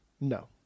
No